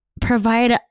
provide